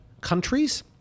countries